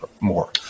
more